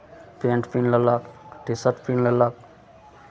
paint पिन्ह लेलक T shirt पिन्ह लेलक